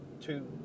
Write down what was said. two